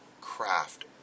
craft